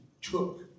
took